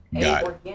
got